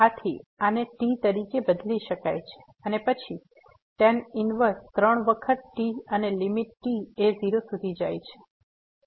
તેથી આને t તરીકે બદલી શકાય છે અને પછી tan ઇનવર્સ ત્રણ વખત t અને લીમીટ t એ 0 સુધી જાય છે